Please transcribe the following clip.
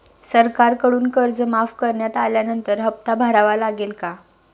सरकारकडून कर्ज माफ करण्यात आल्यानंतर हप्ता भरावा लागेल का?